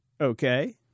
Okay